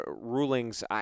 rulings